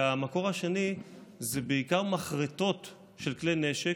2. המקור השני הן בעיקר מחרטות של כלי נשק,